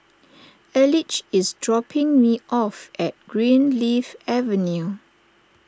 Elige is dropping me off at Greenleaf Avenue